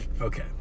okay